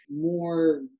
more